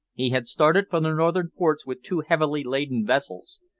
he had started for the northern ports with two heavily-laden vessels.